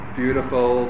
beautiful